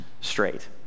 straight